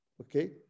okay